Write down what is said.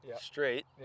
straight